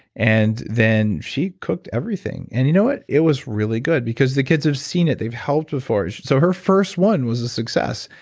and then, she cooked everything. and you know what? it was really good because the kids have seen it. they've helped before so her first one was a success.